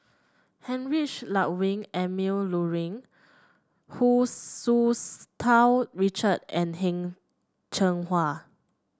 Heinrich Ludwig Emil Luering Hu Tsu Tau Richard and Heng Cheng Hwa